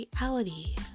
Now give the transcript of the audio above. reality